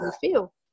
feel